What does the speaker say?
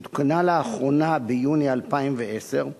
שעודכנה לאחרונה ביוני 2010,